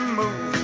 move